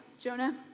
Jonah